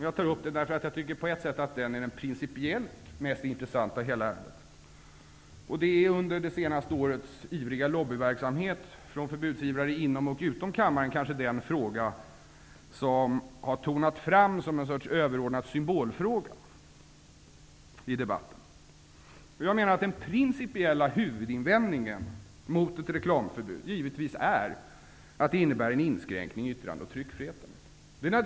Jag tar upp den frågan därför att den på ett sätt är den principiellt mest intressanta i hela ärendet. Det är under det senaste årets ivriga lobbyverksamhet från förbudsivrare inom och utom kammaren kanske den fråga som har tonat fram som någon sorts överordnad symbolfråga. Den principiella huvudinvändningen mot ett reklamförbud är givetvis att det innebär en inskränkning av yttrande och tryckfriheten.